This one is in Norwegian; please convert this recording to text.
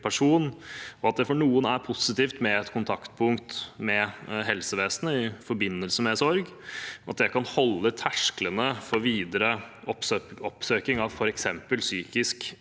per son, at det for noen er positivt med et kontaktpunkt i helsevesenet i forbindelse med sorg, og at det kan holde tersklene for videre oppsøking av f.eks. psykisk